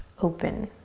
open.